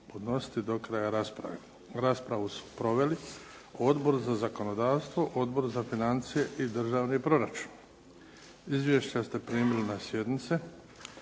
podnositi do kraja rasprave. Raspravu su proveli Odbor za zakonodavstvo, Odbor za financije i državni proračun. Izvješća ste primili na sjednice.